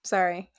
Sorry